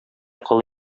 кол